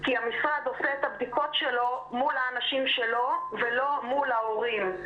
כי המשרד עושה את הבדיקות שלו מול האנשים שלו ולא מול ההורים,